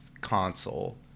console